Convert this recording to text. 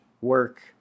work